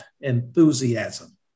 enthusiasm